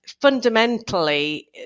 Fundamentally